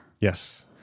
Yes